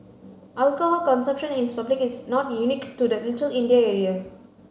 alcohol consumption is public is not unique to the Little India area